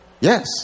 Yes